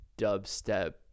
dubstep